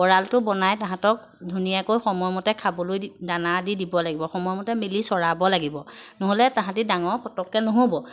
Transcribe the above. কঁৰালটো বনাই তাহাঁতক ধুনীয়াকৈ সময়মতে খাবলৈ দানা আদি দিব লাগিব সময়মতে মিলি চৰাব লাগিব নহ'লে তাহাঁতি ডাঙৰ পটককৈ নহ'ব